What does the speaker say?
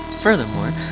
furthermore